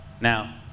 Now